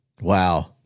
Wow